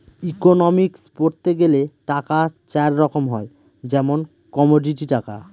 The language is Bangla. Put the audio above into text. ইকোনমিক্স পড়তে গেলে টাকা চার রকম হয় যেমন কমোডিটি টাকা